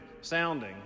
sounding